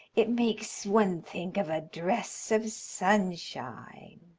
it makes one think of a dress of sunshine.